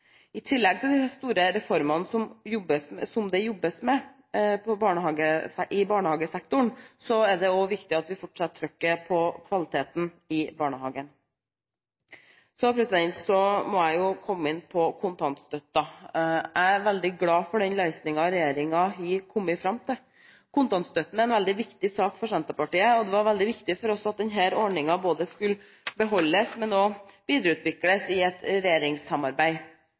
I tillegg til de store reformene som det jobbes med i barnehagesektoren, er det også viktig at vi fortsetter trykket på kvaliteten i barnehagen. Så må jeg jo komme inn på kontantstøtten. Jeg er veldig glad for den løsningen regjeringen har kommet fram til. Kontantstøtten er en veldig viktig sak for Senterpartiet, og det var veldig viktig for oss at denne ordningen skulle både beholdes og også videreutvikles i et regjeringssamarbeid.